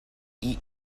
eat